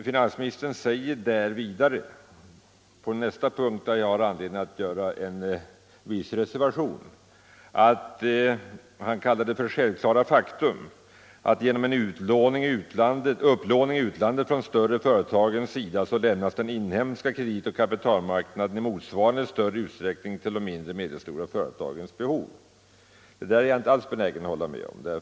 Finansministern säger på nästa punkt, där jag har anledning att göra en viss reservation, att han vill understryka vad han kallar det självklara faktum att genom en upplåning i utlandet från de större företagens sida lämnas den inhemska kreditoch kapitalmarknaden i motsvarande större utsträckning till de mindre och medelstora företagens behov. Detta är jag inte alls benägen att hålla med om.